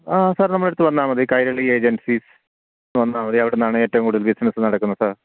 ആ സാർ നമ്മുടെ അടുത്ത് വന്നാൽ മതി കൈരളി ഏജൻസീസ് വന്നാൽ മതി അവിടെ നിന്നാണ് ഏറ്റവും കൂടുതൽ ബിസിനസ്സ് നടക്കുന്നത് സാർ